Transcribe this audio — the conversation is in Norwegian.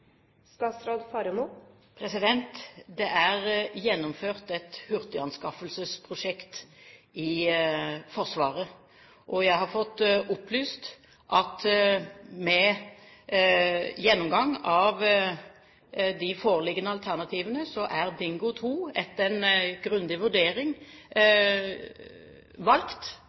Det er gjennomført et hurtiganskaffelsesprosjekt i Forsvaret. Jeg har fått opplyst at etter en gjennomgang av de foreliggende alternativene er Dingo 2 etter en grundig vurdering valgt,